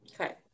Okay